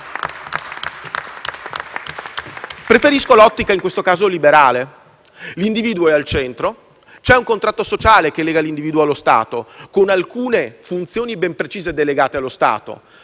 preferisco l'ottica liberale: l'individuo è al centro e c'è un contratto sociale che lega l'individuo allo Stato, con alcune funzioni ben precise delegate allo Stato,